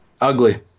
Ugly